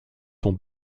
sont